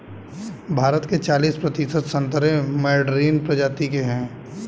भारत के चालिस प्रतिशत संतरे मैडरीन प्रजाति के हैं